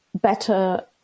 better